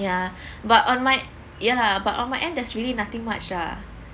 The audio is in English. yeah but on my ya lah but on my end there's really nothing much ah